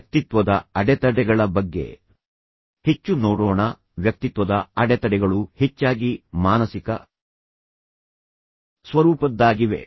ವ್ಯಕ್ತಿತ್ವದ ಅಡೆತಡೆಗಳ ಬಗ್ಗೆ ಹೆಚ್ಚು ನೋಡೋಣ ವ್ಯಕ್ತಿತ್ವದ ಅಡೆತಡೆಗಳು ಹೆಚ್ಚಾಗಿ ಮಾನಸಿಕ ಸ್ವರೂಪದ್ದಾಗಿವೆ